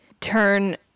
turn